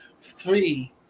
three